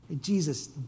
Jesus